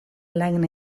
lan